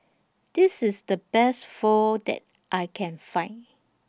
This IS The Best Pho that I Can Find